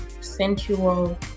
sensual